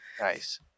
Nice